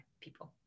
people